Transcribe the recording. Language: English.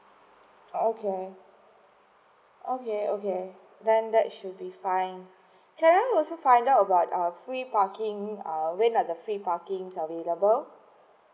oh okay okay okay then that should be fine can I also find out about err free parking uh when are the free parking available